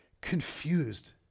confused